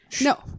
No